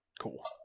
Cool